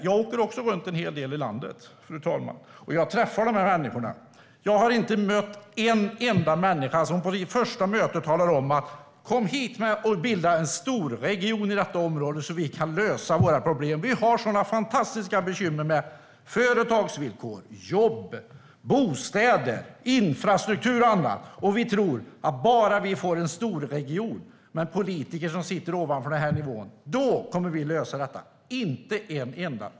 Jag åker också runt en hel del i landet, fru talman, och jag träffar de här människorna. Jag har inte mött en enda människa som vid första mötet har sagt: Kom hit och bilda en storregion i detta område, så att vi kan lösa våra problem! Vi har sådana fantastiska bekymmer med företagsvillkor, jobb, bostäder, infrastruktur och annat. Vi tror att vi kommer att lösa detta bara vi får en storregion med politiker som sitter ovanför den här nivån. Det är inte en enda.